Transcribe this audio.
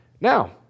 Now